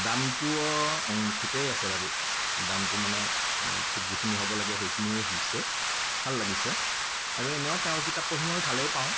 দামটোও ঠিকেই আছে বাৰু দামটো মানে ঠিক যিখিনি হ'ব লাগে সেইখিনিয়েই হৈছে ভাল লাগিছে আৰু এনেও তেওঁৰ কিতাপ পঢ়ি মই ভালেই পাওঁ